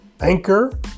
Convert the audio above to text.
Anchor